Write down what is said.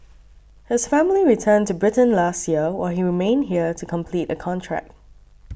his family returned to Britain last year while he remained here to complete a contract